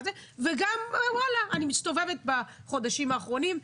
וגם אני מסתובבת בחודשים האחרונים,